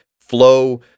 flow